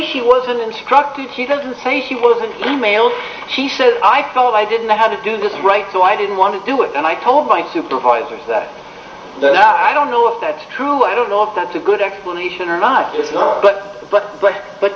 she was an instructed she doesn't say she wasn't three males she said i thought i didn't know how to do this right so i didn't want to do it and i told my supervisors that that i don't know if that's true i don't know if that's a good explanation or not but but but but